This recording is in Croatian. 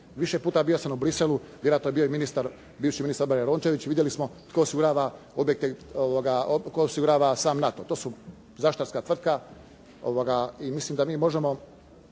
Više puta bio sam u Bruxellesu, vjerojatno je bio i ministar, bivši ministar obrane Rončević. Vidjeli smo tko osigurava objekte, tko osigurava sam NATO. To su zaštitarska tvrtka i mislim da mi možemo